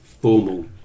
formal